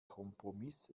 kompromiss